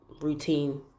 routine